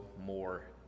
more